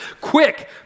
quick